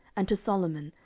and to solomon,